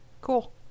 Cool